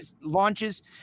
launches